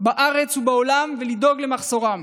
בארץ ובעולם ולדאוג למחסורם.